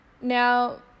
Now